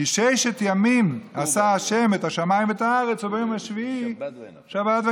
"כי ששת ימים עשה ה' את השמים ואת הארץ וביום השביעי שבת ויִנפש".